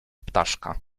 ptaszka